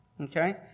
Okay